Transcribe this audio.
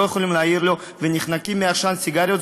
יכולים להעיר לו ונחנקים מעשן סיגריות,